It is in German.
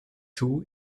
two